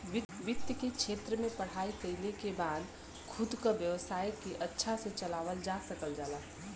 वित्त के क्षेत्र में पढ़ाई कइले के बाद खुद क व्यवसाय के अच्छा से चलावल जा सकल जाला